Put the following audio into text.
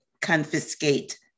confiscate